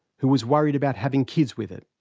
who was worried about having kids with it.